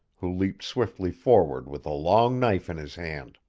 who leaped swiftly forward with a long knife in his hand.